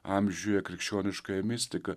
amžiuje krikščioniškąją mistika